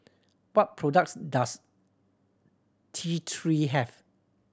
what products does T Three have